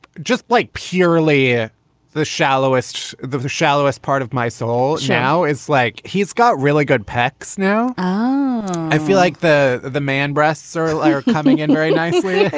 just like purely ah the shallowest the the shallowest part of my soul. now it's like he's got really good pecs. now i feel like the the man breasts are like are coming in very nicely, yeah